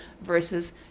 versus